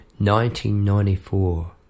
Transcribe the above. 1994